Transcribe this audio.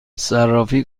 صرافی